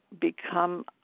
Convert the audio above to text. become